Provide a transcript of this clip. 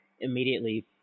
immediately